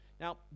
Now